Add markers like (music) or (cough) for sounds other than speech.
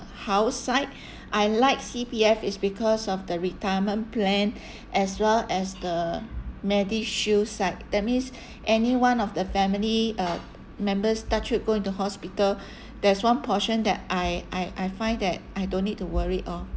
house side I like C_P_F it's because of the retirement plan (breath) as well as the medishield side that means (breath) anyone of the family uh members touch wood go into hospital (breath) there's one portion that I I I find that I don't need to worry orh